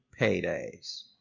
paydays